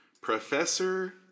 Professor